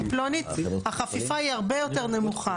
פלונית החפיפה היא הרבה יותר נמוכה.